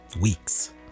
weeks